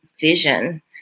vision